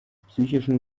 psychischen